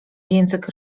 język